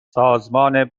سازمان